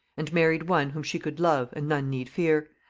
and married one whom she could love and none need fear,